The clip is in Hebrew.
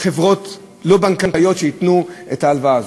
חברות לא בנקאיות שייתנו את ההלוואה הזאת.